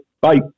Bye